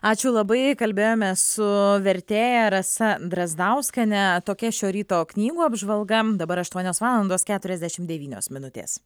ačiū labai kalbėjomės su vertėja rasa drazdauskiene tokia šio ryto knygų apžvalga dabar aštuonios valandos keturiasdešimt devynios minutės